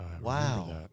Wow